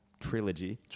trilogy